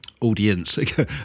audience